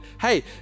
hey